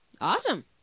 Awesome